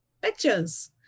pictures